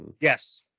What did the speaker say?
yes